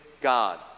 God